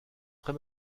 très